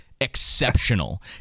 exceptional